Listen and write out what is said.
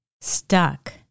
stuck